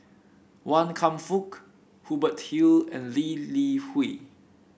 Wan Kam Fook Hubert Hill and Lee Li Hui